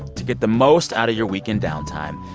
to get the most out of your weekend downtime,